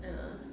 ya